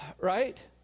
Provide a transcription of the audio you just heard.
right